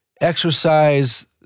exercise